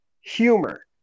humor